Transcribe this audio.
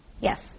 Yes